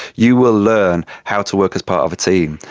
you will learn how to work as part of a team,